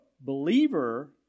believer